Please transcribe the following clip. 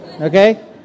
Okay